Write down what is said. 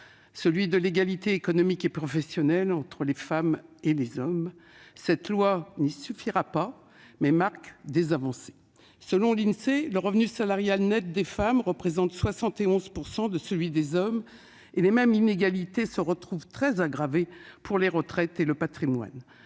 celui de l'égalité économique et professionnelle entre les femmes et les hommes. Ce texte n'y suffira pas, mais il comporte des avancées. Selon l'Insee, le revenu salarial net des femmes représente 71 % de celui des hommes et les mêmes inégalités se retrouvent, très aggravées, pour les retraites et le patrimoine.